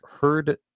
heard